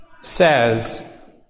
says